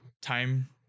Time